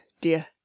dear